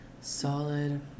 Solid